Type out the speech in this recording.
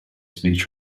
speech